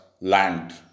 Land